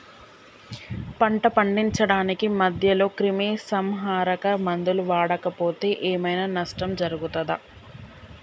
పంట పండించడానికి మధ్యలో క్రిమిసంహరక మందులు వాడకపోతే ఏం ఐనా నష్టం జరుగుతదా?